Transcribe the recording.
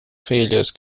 failures